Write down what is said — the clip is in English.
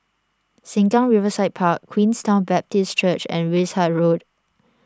Sengkang Riverside Park Queenstown Baptist Church and Wishart Road